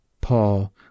Paul